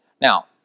Now